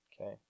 Okay